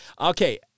Okay